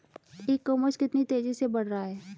ई commerce कितनी तेजी से बढ़ रहा है?